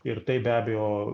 ir tai be abejo